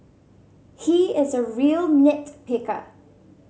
he is a real nit picker